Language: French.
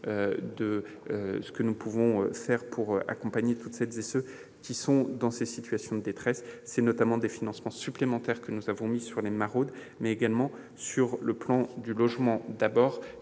de ce que nous pouvons faire pour accompagner toutes celles et tous ceux qui sont dans ces situations de détresse. Cela passe notamment par les financements supplémentaires que nous avons consacrés aux maraudes, mais également par le plan Logement d'abord,